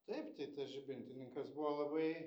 taip tai tas žibintininkas buvo labai